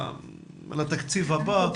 על התקציב הבא.